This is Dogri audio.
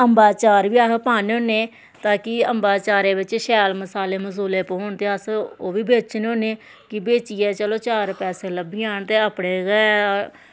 अम्बा दा चार बी अस पान्ने होन्ने ताकि अम्बै दे चारै बिच्च शैल मसाले मसूले पौन ते अस ओह् बी बेचने होन्ने कि बेचियै चलो चार पैसे लब्भी जान ते अपने गै